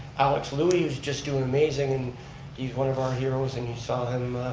alex luey is just doing amazing, and he's one of our heroes, and you saw him,